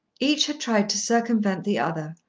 each had tried to circumvent the other,